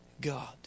God